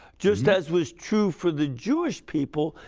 just as was true for the jewish people,